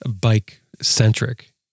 bike-centric